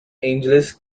angeles